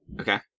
Okay